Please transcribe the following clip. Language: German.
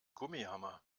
gummihammer